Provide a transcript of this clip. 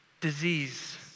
disease